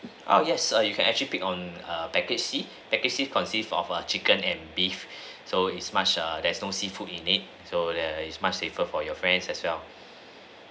oh yes err you can actually pick on err package C package C consists of a chicken and beef so is much err there's no seafood in it so that is much safer for your friends as well